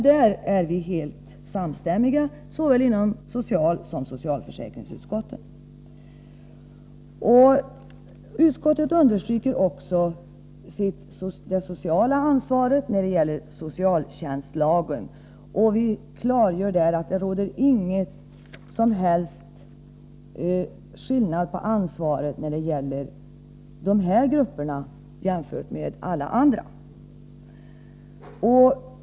Där är vi helt eniga i både socialutskottet och socialförsäkringsutskottet. Socialförsäkringsutskottet understryker också det sociala ansvaret enligt socialtjänstlagen. Vi klargör att det inte råder någon skillnad i ansvaret när det gäller dessa grupper jämfört med alla andra.